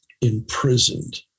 imprisoned